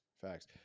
Facts